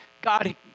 god